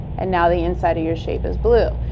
and now the inside of your shape is blue.